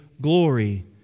glory